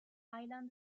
island